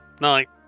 night